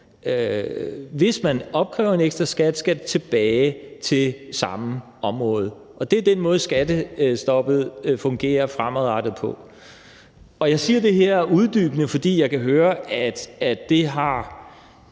som man opkræver som en ekstraskat, skal tilbage til det samme område. Det er den måde, skattestoppet fremadrettet fungerer på. Og jeg siger det her uddybende, fordi jeg kan høre, at det ikke